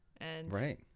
Right